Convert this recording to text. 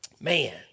Man